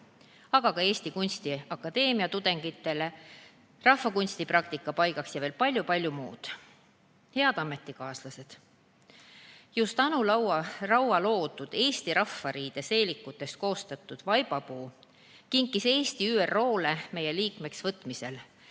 ka Eesti Kunstiakadeemia tudengitele rahvakunstipraktika paigaks ja veel paljuks-paljuks muuks. Head ametikaaslased! Just Anu Raua loodud eesti rahvariideseelikutest koostatud vaibapuu kinkis Eesti ÜRO-le meie liikmeks võtmisel